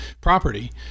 property